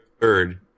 third